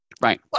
Right